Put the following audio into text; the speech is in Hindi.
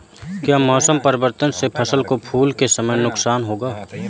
क्या मौसम परिवर्तन से फसल को फूल के समय नुकसान होगा?